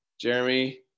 Jeremy